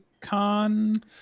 Con